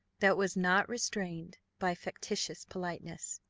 that was not restrained by factitious politeness.